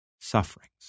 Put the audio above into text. sufferings